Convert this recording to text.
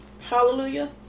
Hallelujah